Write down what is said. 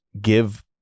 give